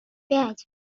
пять